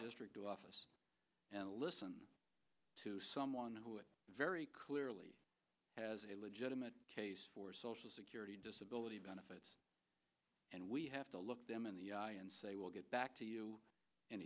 district office and listen to someone who very clearly has a legitimate case for social security disability benefits and we have to look them in the eye and say we'll get back to you in a